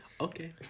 okay